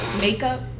makeup